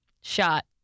shot